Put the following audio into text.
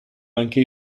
anche